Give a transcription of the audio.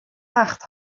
acht